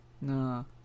No